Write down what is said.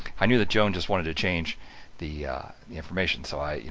i knew that joan just wanted to change the the information. so i, you